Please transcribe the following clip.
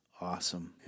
awesome